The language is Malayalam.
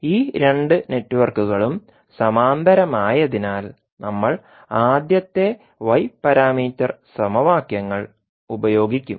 ഈ 2 നെറ്റ്വർക്കുകളും സമാന്തരമായതിനാൽ നമ്മൾ ആദ്യത്തെ y പാരാമീറ്റർ സമവാക്യങ്ങൾ ഉപയോഗിക്കും